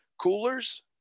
coolers